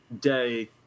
day